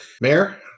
Mayor